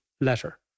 letter